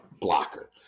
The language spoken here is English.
blocker